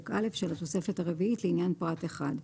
א' של התוספת הרביעית לעניין פרט 1,